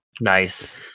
Nice